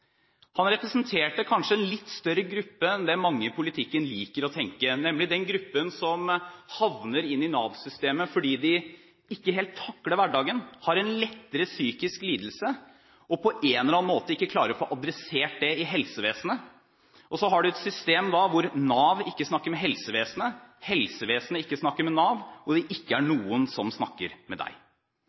Han representerte kanskje en litt større gruppe enn det mange i politikken liker å tenke, nemlig den gruppen som havner i Nav-systemet fordi de ikke helt takler hverdagen, har en lettere psykisk lidelse og på en eller annen måte ikke klarer å få adressert det i helsevesenet. Og så har man et system hvor Nav ikke snakker med helsevesenet, helsevesenet ikke snakker med Nav, og det er ikke noen som snakker med